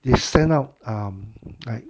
they send out um like